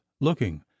looking